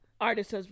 artists